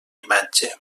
imatge